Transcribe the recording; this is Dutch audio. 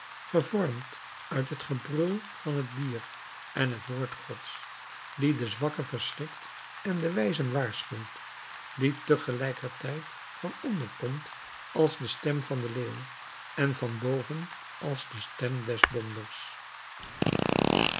gevormd uit het gebrul van het dier en het woord gods die de zwakken verschrikt en de wijzen waarschuwt die tegelijkertijd van onder komt als de stem van den leeuw en van boven als de stem des donders